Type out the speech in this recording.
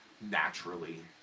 naturally